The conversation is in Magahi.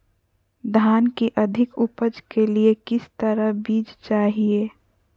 धान की अधिक उपज के लिए किस तरह बीज चाहिए?